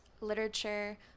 literature